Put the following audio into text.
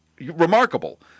remarkable